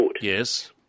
yes